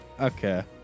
Okay